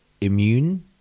immune